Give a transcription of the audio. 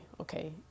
okay